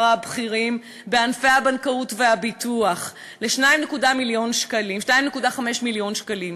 הבכירים בענפי הבנקאות והביטוח ל-2.5 מיליון שקלים.